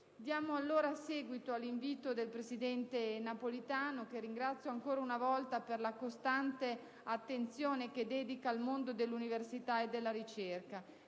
Diamo allora seguito all'invito del presidente Napolitano, che ringrazio ancora una volta per la costante attenzione che dedica al mondo dell'università e della ricerca.